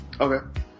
Okay